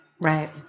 Right